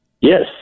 Yes